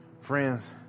Friends